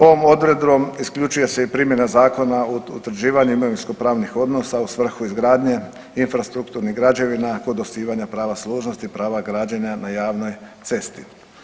Ovom odredbom isključuje se i primjena Zakona o utvrđivanju imovinsko pravnih odnosa u svrhu izgradnje infrastrukturnih građevina kod osnivanja prava služnosti i prava građenja na javnoj cesti.